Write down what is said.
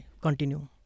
Continue